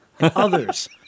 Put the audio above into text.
others